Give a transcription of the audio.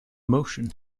motion